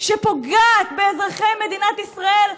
שפוגעת באזרחי מדינת ישראל,